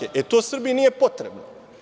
E, to Srbiji nije potrebno.